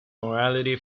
mortality